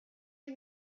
you